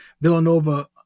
Villanova